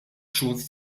xhur